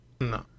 No